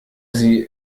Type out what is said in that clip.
sie